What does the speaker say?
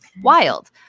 wild